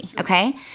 okay